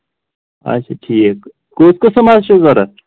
اچھا ٹھیٖک کُس قٕسم حظ چھُو ضروٗرت